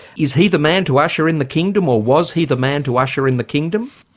is he the man to usher in the kingdom, or was he the man to usher in the kingdom?